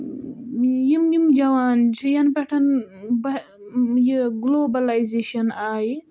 یِم یِم جَوان چھِ یَنہٕ پٮ۪ٹھ بہ یہِ گُلوبَلایزیشَن آیہِ